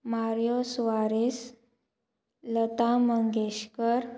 मार्यो सुवारीस लता मंगेशकर